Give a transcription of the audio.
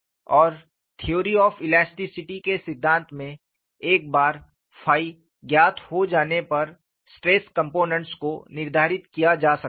और theory of elasticity के सिद्धांत में एक बार फाई ज्ञात हो जाने पर स्ट्रेस कंपोनेंट्स को निर्धारित किया जा सकता है